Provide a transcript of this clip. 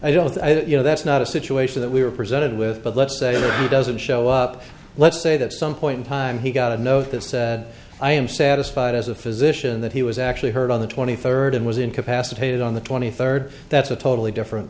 i don't you know that's not a situation that we were presented with but let's say he doesn't show up let's say that some point in time he got a note that said i am satisfied as a physician that he was actually heard on the twenty third and was incapacitated on the twenty third that's a totally different